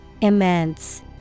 Immense